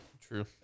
True